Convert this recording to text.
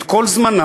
את כל זמנם,